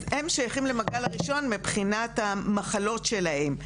אז הם שייכים למעגל הראשון מבחינת המחלות שלהם,